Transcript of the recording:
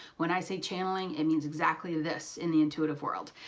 when i say channeling it means exactly this in the intuitive world.